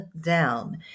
down